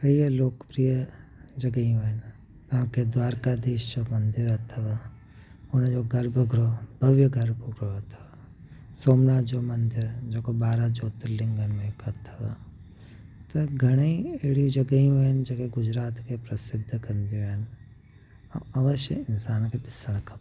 कई लोकप्रिय जॻहियूं आहिनि तव्हांखे द्वारका धीश जो मंदिर अथव हुनजो गरबो ग्रह भव्य गर्व पव थो सोमनाथ जो मंदिर जेको ॿारहं ज्योतिर्लिंग में हिकु अथव त घणे ई अहिड़ी जॻहियूं आहिनि जेके गुजरात खे प्रसिद्ध कंदियूं आहिनि अवश्य इन्सानु खे ॾिसणु खपनि